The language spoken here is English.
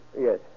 Yes